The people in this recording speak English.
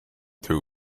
two